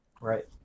Right